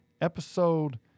episode